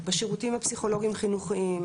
בשירותים הפסיכולוגיים החינוכיים,